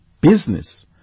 business